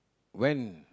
when